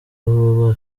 baba